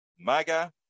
MAGA